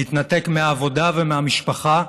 להתנתק מהעבודה ומהמשפחה,